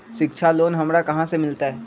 शिक्षा लोन हमरा कहाँ से मिलतै?